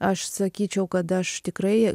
aš sakyčiau kad aš tikrai